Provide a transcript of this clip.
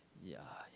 yeah,